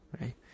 right